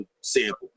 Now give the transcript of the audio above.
sample